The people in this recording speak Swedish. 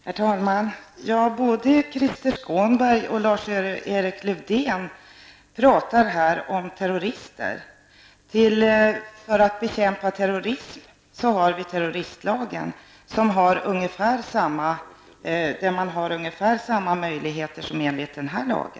Herr talman! Både Krister Skånberg och Lars-Erik Lövdén pratar om terrorister. För att bekämpa terrorism har vi terroristlagen, som ger ungefär samma möjligheter som den lag vi nu diskuterar.